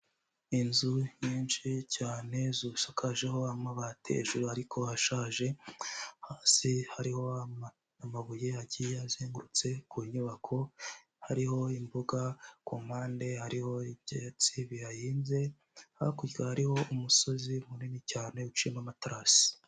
Inzu nyinshi cyane zisakajeho amabati hejuru ariko ashaje, hasi hariho amabuye agiye azengurutse ku nyubako, hariho imboga ku mpande hariho ibyatsi bihahinze, hakurya hariho umusozi munini cyane uciyemo amaterasi.